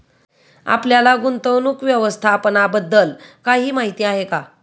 आपल्याला गुंतवणूक व्यवस्थापनाबद्दल काही माहिती आहे का?